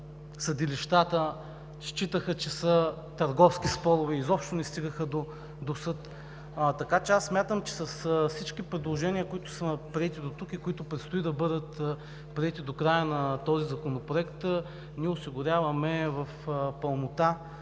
съдилищата считаха, че са търговски спорове и изобщо не стигаха до съд. Така че аз смятам, че с всички предложения, които са приети дотук и които предстои да бъдат приети до края на този законопроект, осигуряваме в пълнота